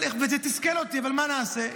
זה תסכל אותי, אבל מה נעשה?